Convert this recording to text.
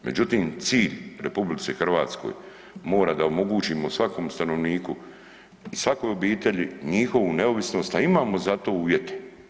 Međutim cilj RH mora da omogućimo svakom stanovniku i svakoj obitelji njihovu neovisnost a imamo za to uvjete.